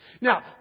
Now